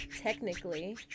Technically